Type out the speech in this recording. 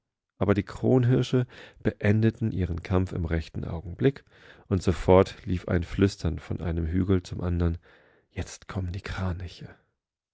aber die kronhirsche beendeten ihren kampf im rechten augenblick und sofort lief ein flüstern von einem hügel zum andern jetzt kommen die kraniche